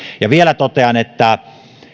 vielä totean että